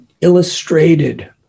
illustrated